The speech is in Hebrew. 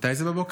מתי זה בבוקר?